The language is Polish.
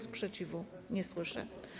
Sprzeciwu nie słyszę.